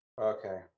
Okay